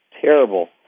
terrible